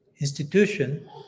institution